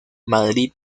madrid